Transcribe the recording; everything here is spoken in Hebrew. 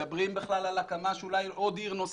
מדברים בכלל על הקמה של אולי עוד עיר נוספת,